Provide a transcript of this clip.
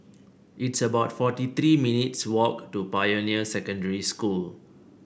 it's about forty three minutes' walk to Pioneer Secondary School